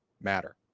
matter